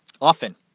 often